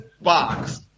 box